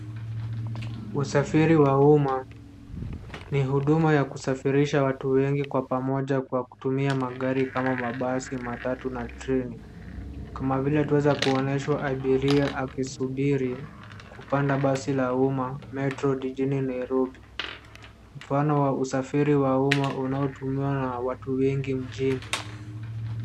Usafiri wa umma ni huduma ya kusafirisha watu wengi kwa pamoja kwa kutumia magari kama mabasi, matatu na treni, kama vile twaweza kuonyeshwa abiria akisubiri kupanda basi la umma, Metro, jijini Nairobi. Mfano wa usafiri wa umma unaotumiwa na watu wengi mjini.